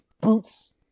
boots